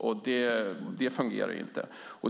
bort. Det fungerar inte.